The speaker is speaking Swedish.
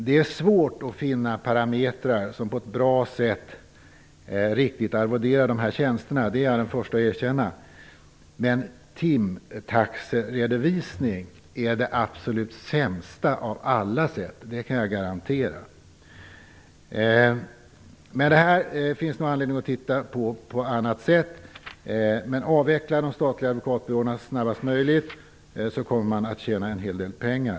Det är svårt att finna parametrar för att på ett riktigt bra sätt arvodera dessa tjänster - det är jag den förste att erkänna. Men timtaxeredovisning är det absolut sämsta av alla sätt, det kan jag garantera. Det finns nog anledning att titta på det här på ett annat sätt. Avveckla de statliga advokatbyråerna så snabbt som möjligt! Då kommer man att tjäna en hel del pengar.